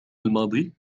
الماضي